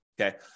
Okay